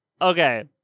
okay